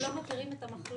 אנחנו לא מכירים את המחלוקת.